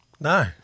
No